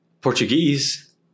Portuguese